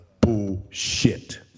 bullshit